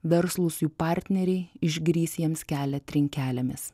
verslūs jų partneriai išgrįs jiems kelią trinkelėmis